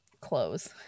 clothes